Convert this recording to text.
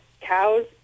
cows